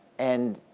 and